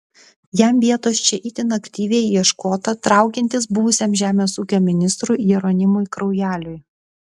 jam vietos čia itin aktyviai ieškota traukiantis buvusiam žemės ūkio ministrui jeronimui kraujeliui